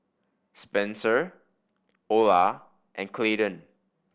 Spencer Ola and Clayton